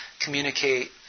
communicate